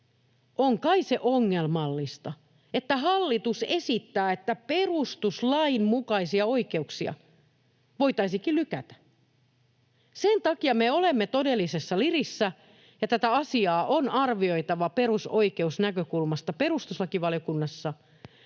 On kai se ongelmallista, että hallitus esittää, että perustuslain mukaisia oikeuksia voitaisiinkin lykätä. Sen takia me olemme todellisessa lirissä ja tätä asiaa on arvioitava perusoikeusnäkökulmasta perustuslakivaliokunnassa,